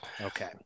Okay